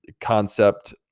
concept